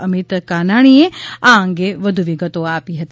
અમીત કાનાણીએ આ અંગે વધુ વિગતો આપી છે